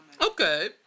Okay